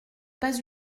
pas